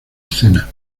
escena